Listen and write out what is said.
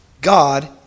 God